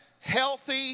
healthy